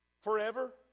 Forever